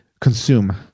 consume